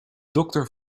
dokter